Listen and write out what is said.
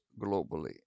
globally